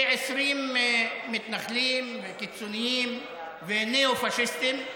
כ-20 מתנחלים קיצוניים וניאו-פאשיסטים,